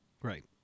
Right